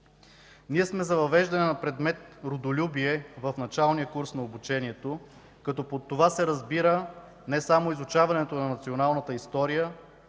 Ние сме за въвеждане на предмет „Родолюбие” в началния курс на обучението, като под това се разбира не само изучаването на националната история,